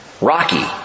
rocky